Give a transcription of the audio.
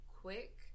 quick